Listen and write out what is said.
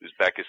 Uzbekistan